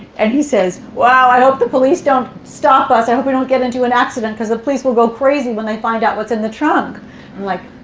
and he says, wow, i hope the police don't stop us. i hope we don't get into an accident, because the police will go crazy when they find out what's in the trunk. i'm like,